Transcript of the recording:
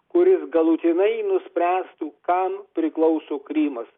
kuris galutinai nuspręstų kam priklauso krymas